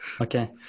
Okay